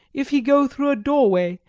if he go through a doorway,